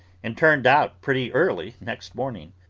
and turned out pretty early next morning.